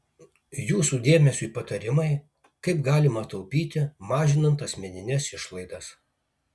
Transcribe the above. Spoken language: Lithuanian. jūsų dėmesiui patarimai kaip galima taupyti mažinant asmenines išlaidas